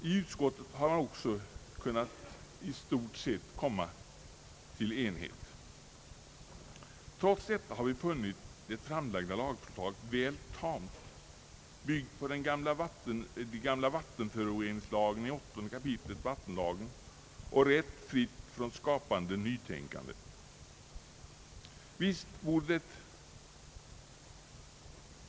I utskottet har man också kunnat i stort sett komma till enighet. Trots detta har vi funnit det framlagda förslaget väl tamt, byggt på de gamla vattenföroreningsreglerna i 8 kap. vaitenlagen och rätt fritt från skapande nytänkande.